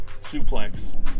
suplex